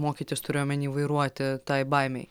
mokytis turiu omeny vairuoti tai baimei